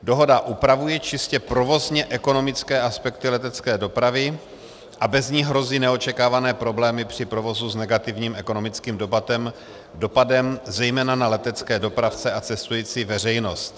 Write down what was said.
Dohoda upravuje čistě provozně ekonomické aspekty letecké dopravy a bez ní hrozí neočekávané problémy při provozu s negativním ekonomickým dopadem zejména na letecké dopravce a cestující veřejnost.